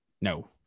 No